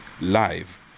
live